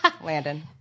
Landon